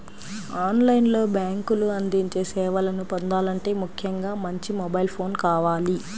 on line లో బ్యేంకులు అందించే సేవలను పొందాలంటే ముఖ్యంగా మంచి మొబైల్ ఫోన్ కావాలి